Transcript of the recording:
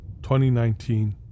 2019